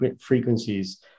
frequencies